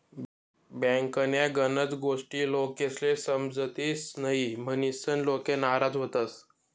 बँकन्या गनच गोष्टी लोकेस्ले समजतीस न्हयी, म्हनीसन लोके नाराज व्हतंस